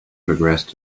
progressed